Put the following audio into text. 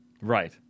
Right